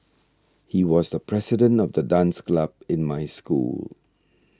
he was the president of the dance club in my school